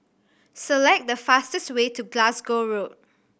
select the fastest way to Glasgow Road